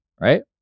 Right